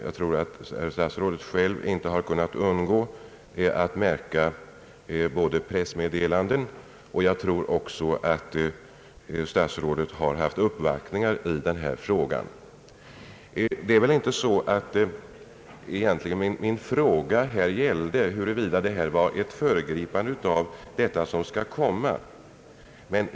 Jag tror att statsrådet inte har kunnat undgå att uppmärksamma meddelanden härom i pressen, och jag tror också att statsrådet har haft en uppvaktning i den här saken. Min fråga gällde egentligen huruvida denna koncessionsgivning inte innebär ett föregripande av den nya ordning som skall komma.